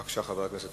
הצעה שמספרה